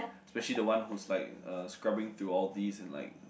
especially the one who's like uh scrubbing through all these and like